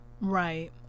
Right